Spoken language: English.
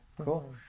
cool